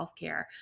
healthcare